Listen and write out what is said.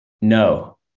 No